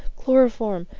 chloroform,